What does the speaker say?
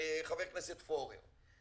חבר הכנסת פורר.